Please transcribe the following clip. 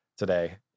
today